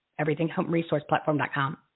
everythinghomeresourceplatform.com